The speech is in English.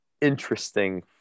interesting